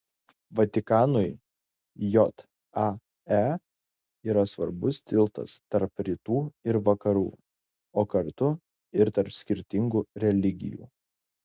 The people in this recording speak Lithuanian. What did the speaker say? vatikanui jae yra svarbus tiltas tarp rytų ir vakarų o kartu ir tarp skirtingų religijų